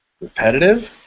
Repetitive